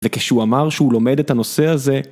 וכשהוא אמר שהוא לומד את הנושא הזה